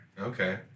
Okay